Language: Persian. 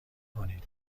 کنید